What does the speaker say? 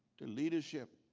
the leadership